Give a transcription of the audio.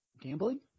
Gambling